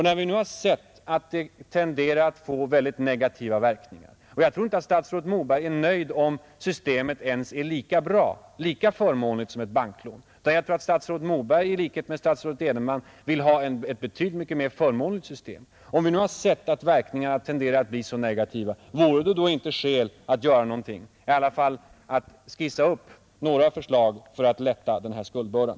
När vi nu har sett att det tenderar att få väldigt negativa verkningar — och jag tror inte att statsrådet Moberg är nöjd ens om systemet är lika förmånligt som ett banklån; i likhet med statsrådet Edenman vill han nog ha ett betydligt förmånligare system — vore det då inte skäl att göra någonting, i alla fall att skissa upp några förslag för att lätta skuldbördan?